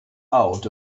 out